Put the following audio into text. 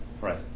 Right